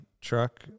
truck